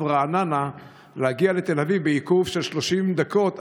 רעננה להגיע לתל אביב בעיכוב של 30 דקות,